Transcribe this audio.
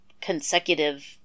consecutive